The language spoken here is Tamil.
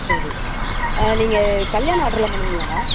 சரி நீங்கள் கல்யாண ஆர்ட்ரெலாம் பண்ணுவீங்களாண்ணா